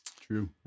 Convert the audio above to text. True